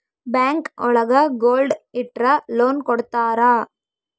bank ಒಳಗ gold ಇಟ್ರ loan ಕೊಡ್ತಾರ